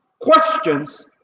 questions